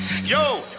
yo